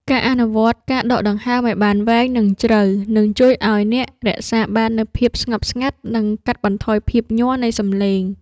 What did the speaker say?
ការអនុវត្តការដកដង្ហើមឱ្យបានវែង និងជ្រៅ នឹងជួយឱ្យអ្នករក្សាបាននូវភាពស្ងប់ស្ងាត់ និងកាត់បន្ថយភាពញ័រនៃសម្លេង។